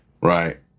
right